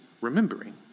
remembering